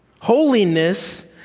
Holiness